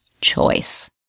choice